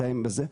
200 בזה,